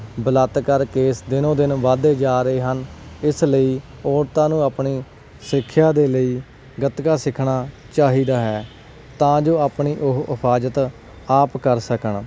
ਬਲਾਤਕਾਰ ਕੇਸ ਦਿਨੋਂ ਦਿਨ ਵਧਦੇ ਜਾ ਰਹੇ ਹਨ ਇਸ ਲਈ ਔਰਤਾਂ ਨੂੰ ਆਪਣੀ ਸੁਰੱਖਿਆ ਦੇ ਲਈ ਗਤਕਾ ਸਿੱਖਣਾ ਚਾਹੀਦਾ ਹੈ ਤਾਂ ਜੋ ਆਪਣੀ ਉਹ ਇਫਾਜ਼ਤ ਆਪ ਕਰ ਸਕਣ